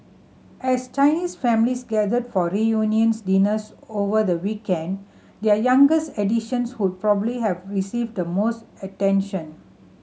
as Chinese families gathered for reunions dinners over the weekend their youngest additions would probably have received the most attention